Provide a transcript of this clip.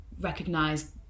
recognize